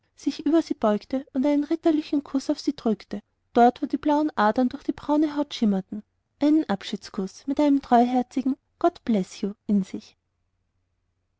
sich über sie beugte und einen ritterlichen kuß auf sie drückte dort wo die blauen adern durch die braune haut schimmerten einen abschiedskuß mit einem treuherzigen god bless you in sich